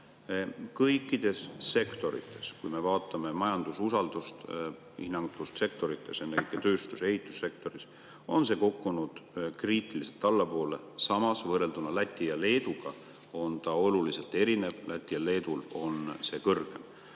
Kõikides sektorites – vaatame majandususaldust kõikides sektorites, aga ennekõike tööstus‑ ja ehitussektoris – on see kukkunud kriitiliselt allapoole. Samas võrrelduna Läti ja Leeduga on see oluliselt erinev: Lätil ja Leedul on see kõrgem.